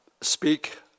speak